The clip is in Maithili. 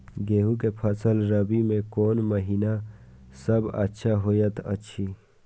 गेहूँ के फसल रबि मे कोन महिना सब अच्छा होयत अछि?